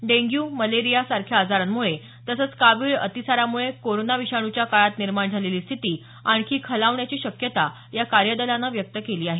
dengue malaria सारख्या आजारांमुळे तसंच कावीळ अतिसारामुळे कोरोना विषाणूच्या काळात निर्माण झालेली स्थिती आणखी खालावण्याची शक्यता या कार्यदलानं व्यक्त केली आहे